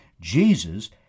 Jesus